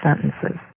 sentences